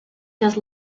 just